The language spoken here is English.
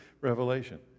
Revelation